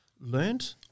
learned